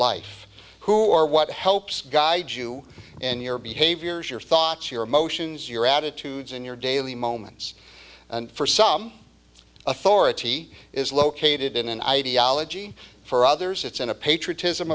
life who or what helps guide you in your behaviors your thoughts your emotions your attitudes in your daily moments for some authority it is located in an ideology for others it's in a patriotism